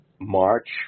March